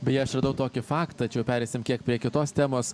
beje aš radau tokį faktą čia jau pereisim kiek prie kitos temos